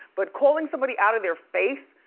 but calling somebody out of their face,